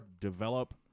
develop